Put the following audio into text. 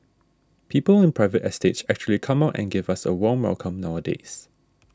people in private estates actually come out and give us a warm welcome nowadays